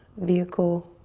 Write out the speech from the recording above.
vehicle.